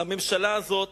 הממשלה הזאת